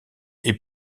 est